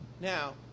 Now